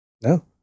No